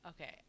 Okay